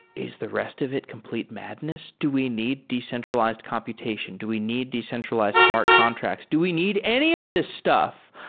is the rest of it complete madness? do we need decentralized computation? do we need decentralize smart contracts? do we need any of this stuff?